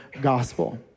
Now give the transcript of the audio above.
gospel